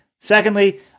Secondly